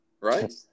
Right